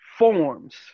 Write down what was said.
forms